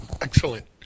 Excellent